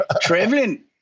Traveling